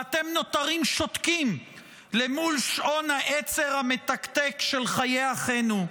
ואתם נותרים שותקים למול שעון העצר המתקתק של חיי אחינו?